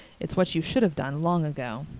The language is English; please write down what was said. it's what you should have done long ago.